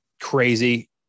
crazy